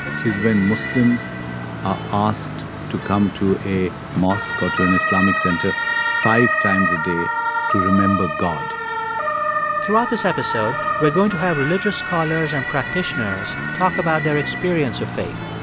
ah is when muslims are asked to come to a mosque or to an islamic center five times a day to remember god throughout this episode, we're going to have religious scholars and practitioners talk about their experience of faith.